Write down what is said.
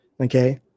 okay